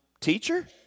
Teacher